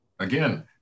Again